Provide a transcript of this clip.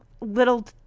little